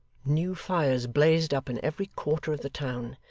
new fires blazed up in every quarter of the town,